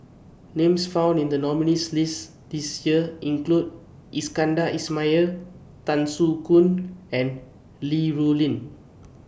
Names found in The nominees' list This Year include Iskandar Ismail Tan Soo Khoon and Li Rulin